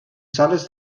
sales